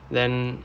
then